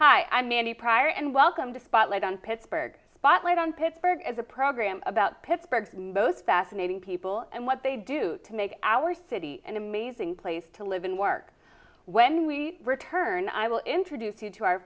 hi i'm mandy pryor and welcome to spotlight on pittsburgh spotlight on pittsburgh as a program about pittsburgh most fascinating people and what they do to make our city an amazing place to live and work when we return i will introduce you to our